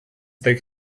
they